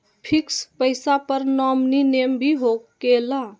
Fix पईसा पर nominee name भी होकेला?